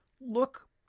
look